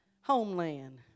homeland